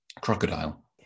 crocodile